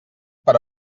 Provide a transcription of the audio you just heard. per